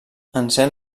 encén